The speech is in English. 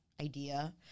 idea